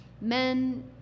Men